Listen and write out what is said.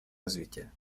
развития